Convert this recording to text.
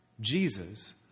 Jesus